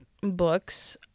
books